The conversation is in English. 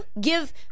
Give